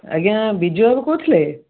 ଆଜ୍ଞା ବିଜୟ ବାବୁ କହୁଥିଲେ